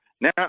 Now